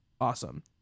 awesome